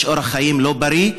יש אורח חיים לא בריא,